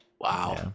Wow